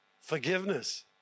forgiveness